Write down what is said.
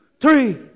three